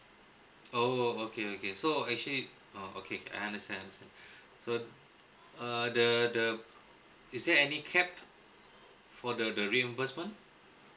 oh okay okay so actually oh okay I understand understand so uh the the is there any cap for the the reimbursement